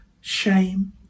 shame